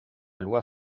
loi